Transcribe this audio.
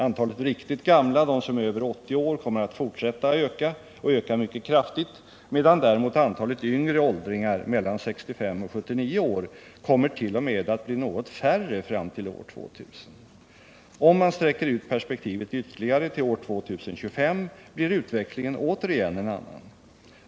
Antalet riktigt gamla — de som är över 80 år —- kommer att fortsätta att öka — och öka mycket kraftigt — medan däremot antalet yngre åldringar — mellan 65 och 79 år — kommer att till och med bli något färre fram till år 2000. Om man sträcker ut perspektivet ytterligare till år 2025, blir utvecklingen återigen en annan.